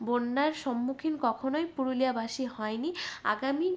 বন্যার সম্মুখীন কখনোই পুরুলিয়াবাসী হয় নি আগামী